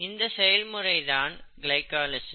இந்த செயல்முறை தான் கிளைகாலிசிஸ்